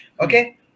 okay